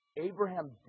Abraham